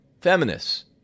feminists